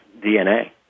DNA